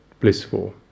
blissful